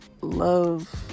love